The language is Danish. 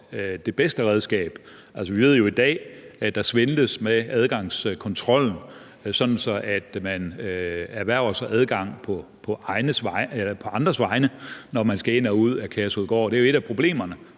det bedste redskab. Vi ved jo, at der i dag svindles med adgangskontrollen, sådan at man erhverver sig adgang på andres vegne, når man skal ind og ud af Kærshovedgård. Det er jo et af problemerne